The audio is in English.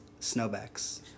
Snowbacks